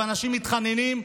ואנשים מתחננים,